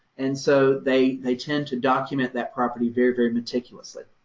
and so, they they tend to document that property very, very meticulously.